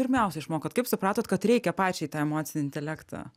pirmiausia išmokot kaip supratot kad reikia pačiai tą emocinį intelektą